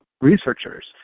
researchers